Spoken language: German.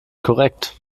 korrekt